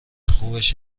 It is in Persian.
خوبش